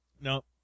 No